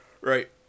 Right